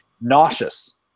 Nauseous